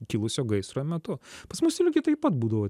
kilusio gaisro metu pas mus lygiai taip pat būdavo